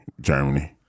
Germany